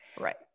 Right